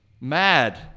Mad